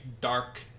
dark